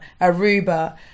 Aruba